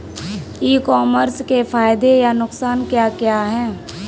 ई commerce के फायदे या नुकसान क्या क्या हैं?